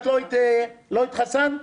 לא התחסנת,